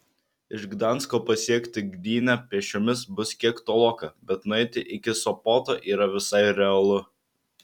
iš gdansko pasiekti gdynę pėsčiomis bus kiek toloka bet nueiti iki sopoto yra visai realu